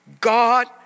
God